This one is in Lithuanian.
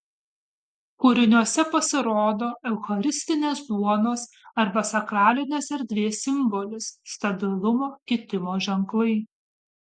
kūriniuose pasirodo eucharistinės duonos arba sakralinės erdvės simbolis stabilumo kitimo ženklai